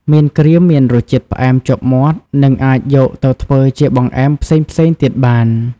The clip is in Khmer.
មៀនក្រៀមមានរសជាតិផ្អែមជាប់មាត់ និងអាចយកទៅធ្វើជាបង្អែមផ្សេងៗទៀតបាន។